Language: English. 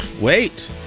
wait